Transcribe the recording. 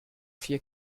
vier